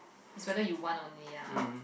is whether you want only lah